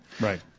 Right